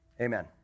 Amen